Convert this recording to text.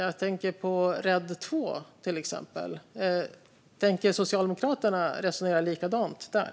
Jag tänker till exempel på RED II - tänker Socialdemokraterna resonera likadant där?